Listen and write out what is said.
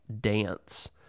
dance